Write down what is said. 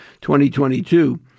2022